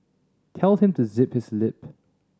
tell him to zip his lip